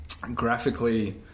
Graphically